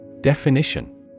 Definition